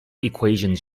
equations